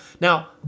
Now